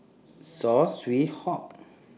Saw Swee Hock